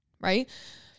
right